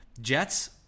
Jets